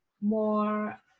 more